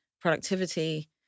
productivity